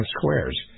Squares